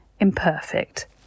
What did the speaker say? imperfect